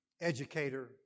educator